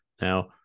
Now